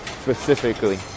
specifically